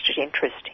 interest